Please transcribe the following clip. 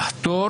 לחתור